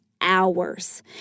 hours